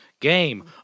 game